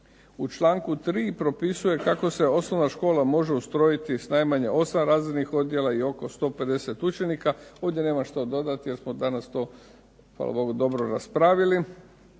U članku 3. propisuje kako se osnovna škola može ustrojiti s najmanje 8 razrednih odjela i oko 150 učenika. Ovdje nemam što dodati, jer smo danas to hvala Bogu dobro raspravili.